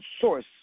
source